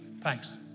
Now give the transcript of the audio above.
Thanks